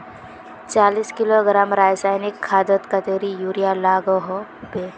चालीस किलोग्राम रासायनिक खादोत कतेरी यूरिया लागोहो होबे?